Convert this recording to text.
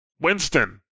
Winston